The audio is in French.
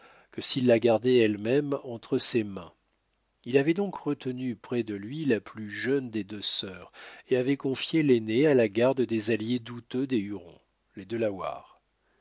que s'il la gardait elle-même entre ses mains il avait donc retenu près de lui la plus jeune des deux sœurs et avait confié l'aînée à la garde des alliés douteux des hurons les